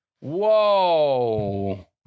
Whoa